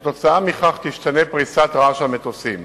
וכתוצאה מכך תשתנה פריסת רעש המטוסים.